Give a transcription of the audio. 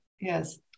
Yes